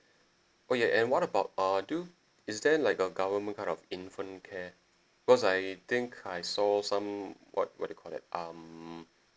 oh ya and what about uh do is there like a government kind of infant care because I think I saw some what what you call that um